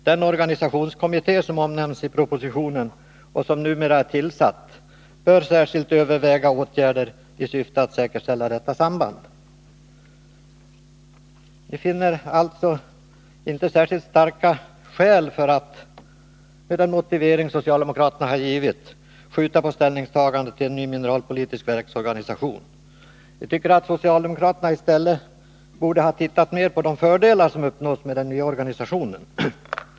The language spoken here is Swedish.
Den organisationskommitté som omnämns i propositionen och som numera är tillsatt bör särskilt överväga åtgärder i syfte att säkerställa detta samband. Vi finner alltså inte att det finns särskilt starka skäl för att godta socialdemokraternas motivering för att skjuta på ställningstagandet när det gäller en ny mineralpolitisk verksorganisation. Vi tycker att socialdemokraterna i stället borde ha tittat mera på de fördelar som uppnås med den nya organisationen.